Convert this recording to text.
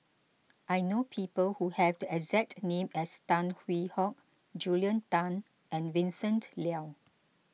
I know people who have the exact name as Tan Hwee Hock Julia Tan and Vincent Leow